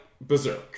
Berserk